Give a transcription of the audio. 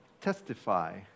testify